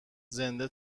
زنده